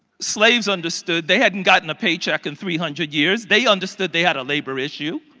slaves understood, they haven't got and a paycheck in three hundred years. they understood they had a labor issue.